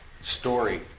story